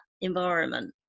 environment